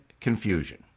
confusion